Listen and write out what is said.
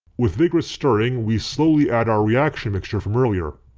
with vigorous stirring, we slowly add our reaction mixture from earlier.